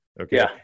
Okay